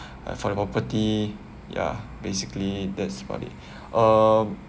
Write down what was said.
uh for the property ya basically that's about it um